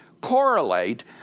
correlate